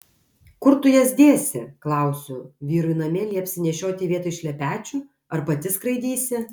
kur tu jas dėsi klausiu vyrui namie liepsi nešioti vietoj šlepečių ar pati skraidysi